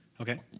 Okay